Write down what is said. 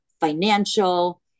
financial